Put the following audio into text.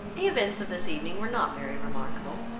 the events of this evening were not very remarkable.